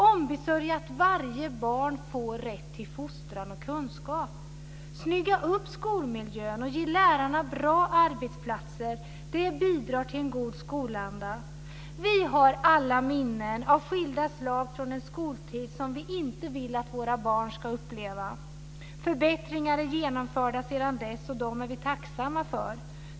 Ombesörj att varje barn får rätt till fostran och kunskap. - Snygga upp skolmiljön och ge lärarna bra arbetsplatser. Det bidrar till en god skolanda. Vi har alla minnen av skilda slag från en skoltid som vi inte vill att våra barn ska uppleva. Förbättringar är genomförda sedan dess, och de är vi tacksamma för.